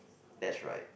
that's right